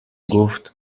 گفت